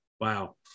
wow